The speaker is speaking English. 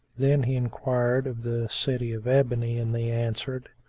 then he enquired of the city of ebony and they answered,